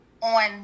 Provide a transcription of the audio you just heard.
on